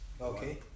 Okay